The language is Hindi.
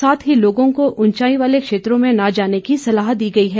साथ ही लोगों को उंचाई वाले क्षेत्रों में न जाने की सलाह दी है